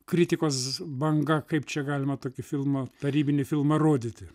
kritikos banga kaip čia galima tokį filmą tarybinį filmą rodyti